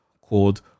called